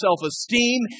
self-esteem